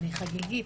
אני חגיגית.